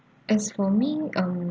as for me um